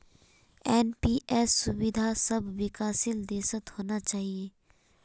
NPS सुविधा सब विकासशील देशत होना चाहिए